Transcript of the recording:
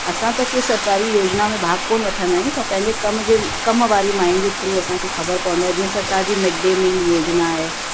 असां त कंहिं सरकारी योजिना में भाॻ कोन वठंदा आहियूं पर पंहिंजे कम जे पंहिंजे कम वारी मायुनि जे थ्रू असांखे ख़बर पवंदो आहे जीअं सरकारि जी मिड डे मील योजिना आहे